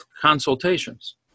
consultations